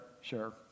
sure